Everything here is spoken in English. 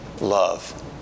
love